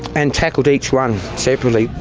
and tackled each one separately.